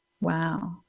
Wow